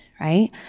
Right